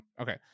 okay